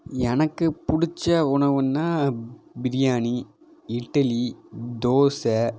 எனக்கு பிடிச்ச உணவுன்னால் பிரியாணி இட்லி தோசை